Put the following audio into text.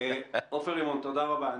עופר רימון, תודה רבה.